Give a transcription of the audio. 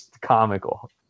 comical